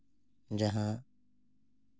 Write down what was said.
ᱡᱟᱦᱟᱸ